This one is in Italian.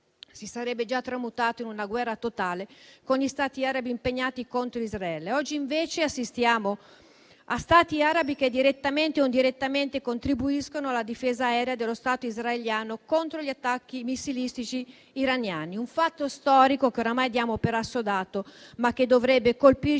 si sarebbe già tramutato in una guerra totale con gli Stati arabi impegnati contro Israele. Oggi invece assistiamo a Stati arabi che, direttamente o indirettamente, contribuiscono alla difesa aerea dello Stato israeliano contro gli attacchi missilistici iraniani: un fatto storico, che oramai diamo per assodato, ma che dovrebbe colpirci